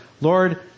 Lord